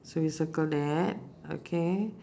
so you circle that okay